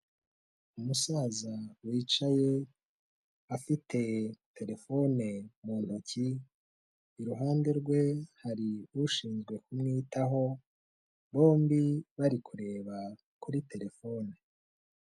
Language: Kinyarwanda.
Umusaza wicaye afite telefone mu ntoki, iruhande rwe hari ushinzwe kumwitaho bombi bari kureba kuri telefone.